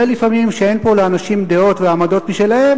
לפעמים שאין פה לאנשים דעות ועמדות משלהם,